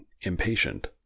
impatient